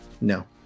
No